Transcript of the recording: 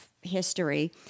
history